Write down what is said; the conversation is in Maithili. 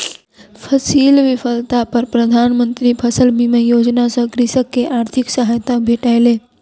फसील विफलता पर प्रधान मंत्री फसल बीमा योजना सॅ कृषक के आर्थिक सहायता भेटलै